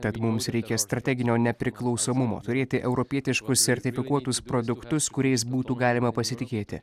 tad mums reikia strateginio nepriklausomumo turėti europietiškus sertifikuotus produktus kuriais būtų galima pasitikėti